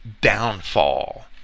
downfall